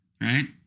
right